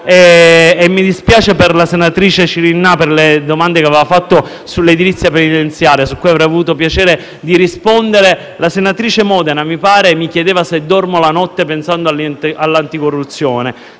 e mi dispiace per la senatrice Cirinnà, per le domande che aveva fatto sull'edilizia penitenziaria, su cui avrei avuto piacere di rispondere. La senatrice Modena - mi pare - mi chiedeva se dormo la notte pensando all'anticorruzione.